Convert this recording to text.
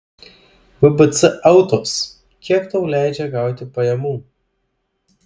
bbc autos kiek tai tau leidžia gauti pajamų